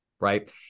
Right